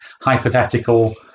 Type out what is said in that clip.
hypothetical